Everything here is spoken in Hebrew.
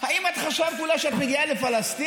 האם את חשבת, אולי, שאת מגיעה לפלסטין?